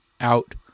out